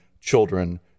children